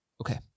Okay